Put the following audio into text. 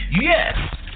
Yes